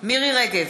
מירי רגב,